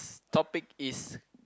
topic is